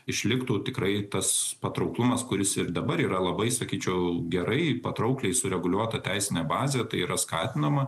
išliktų tikrai tas patrauklumas kuris ir dabar yra labai sakyčiau gerai patraukliai sureguliuota teisinė bazė tai yra skatinama